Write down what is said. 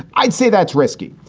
i'd say that's risky.